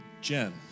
Jen